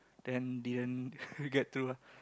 then didn't get to ah